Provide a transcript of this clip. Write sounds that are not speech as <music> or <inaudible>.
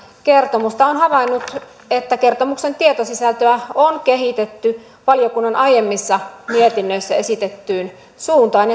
kertomusta on havainnut että kertomuksen tietosisältöä on kehitetty valiokunnan aiemmissa mietinnöissä esitettyyn suuntaan <unintelligible>